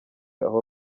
aho